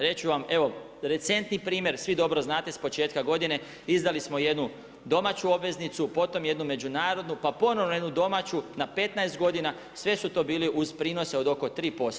Reći ću vam evo, recentni primjer, svi dobro znate s početka godine, izdali smo jednu domaću obveznicu, potom, jednu međunarodnu, pa ponovno jednu domaću, na 15 godina, sve su to bili uz prinose od oko 3%